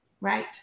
right